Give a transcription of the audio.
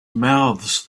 mouths